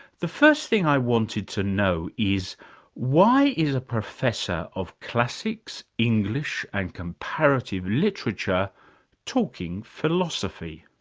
the first thing i wanted to know is why is a professor of classics, english and comparative literature talking philosophy?